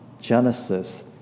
Genesis